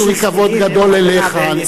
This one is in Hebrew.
יש לי כבוד גדול אליך.